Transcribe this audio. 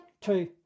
Two